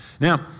Now